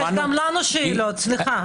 יש גם לנו שאלות, סליחה.